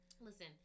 Listen